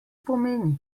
pomeni